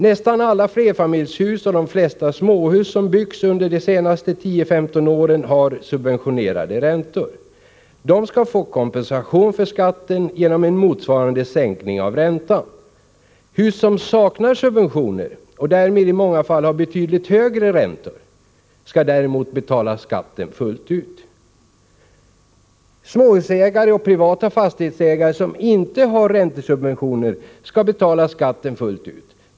Nästan alla flerfamiljshus och de flesta småhus som byggts under de senaste tio-femton åren har subventionerade räntor. De ska få kompensation för skatten genom en motsvarande sänkning av räntan. Hus som saknar subventioner, och därmed i många fall har betydligt högre räntor, ska däremot betala skatten fullt ut. Småhusägare och privata fastighetsägare som inte har räntesubventioner ska betala skatten fullt ut.